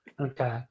Okay